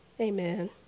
Amen